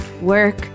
work